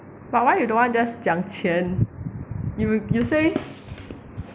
but why you don't want just 讲钱 you will you say